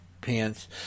pants